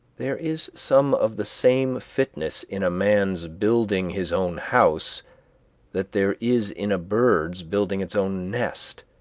there is some of the same fitness in a man's building his own house that there is in a bird's building its own nest.